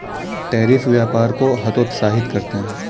tariff व्यापार को हतोत्साहित करते हैं